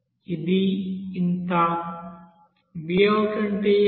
Vout Vout అంటే ఏమిటి